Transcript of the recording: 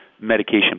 medication